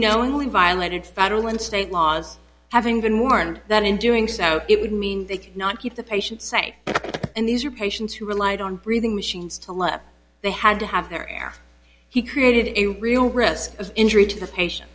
knowingly violated federal and state laws having been more and that in doing so it would mean they could not keep the patients say and these are patients who relied on breathing machines to live they had to have their air he created a real risk of injury to the patient